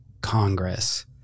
Congress